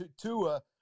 Tua